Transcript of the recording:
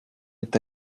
est